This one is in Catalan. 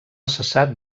cessat